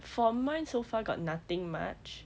for mine so far got nothing much